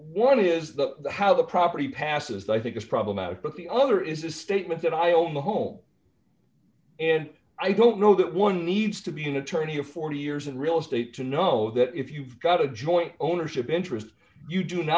eleven is the how the property passes i think is problematic but the other is a statement that i own the home and i don't know that one needs to be an attorney or forty years of real estate to know that if you've got a joint ownership interest you do